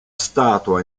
statua